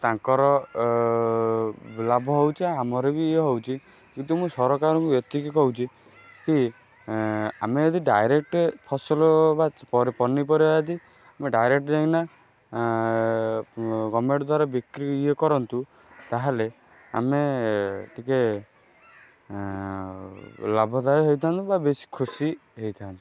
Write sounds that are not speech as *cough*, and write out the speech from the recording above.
ତାଙ୍କର ଲାଭ ହେଉଛି ଆମର ବି ଇଏ ହେଉଛି କିନ୍ତୁ ମୁଁ ସରକାରଙ୍କୁ ଏତିକି କହୁଛି କି ଆମେ ଯଦି ଡାଇରେକ୍ଟ ଫସଲ ବା ପନିପରିବା ଯଦି ଆମେ ଡାଇରେକ୍ଟ ଯାଇକିନା ଗମେଣ୍ଟ୍ *unintelligible* ବିକ୍ରି ଇଏ କରନ୍ତୁ ତା'ହେଲେ ଆମେ ଟିକେ ଲାଭଦାୟ ହୋଇଥାନ୍ତୁ ବା ବେଶୀ ଖୁସି ହୋଇଥାନ୍ତୁ